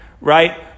right